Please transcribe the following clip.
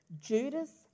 Judas